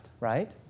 right